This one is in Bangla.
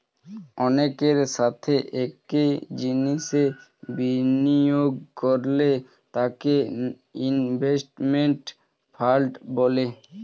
অনেকের সাথে একই জিনিসে বিনিয়োগ করলে তাকে ইনভেস্টমেন্ট ফান্ড বলে